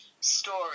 story